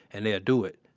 and they'll do it,